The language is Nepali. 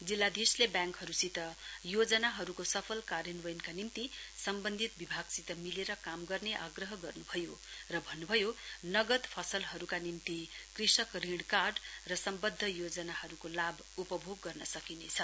जिल्लाधीशले व्याङ्कहरूसित योजनाहरूको सफल कार्यान्वयनका निम्ति सम्वन्धित विभागसित मिलेर काम गर्ने आग्रह गर्न्भयो र अन्न्भयो नगद फसलहरूका निम्ति कृषक ऋण कार्ड र सम्वद्ध योजनाहरूको लाभ उपभोग गर्न सकिनेछ